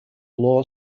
law